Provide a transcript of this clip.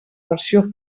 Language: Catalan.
versió